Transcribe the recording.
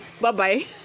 bye-bye